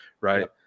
right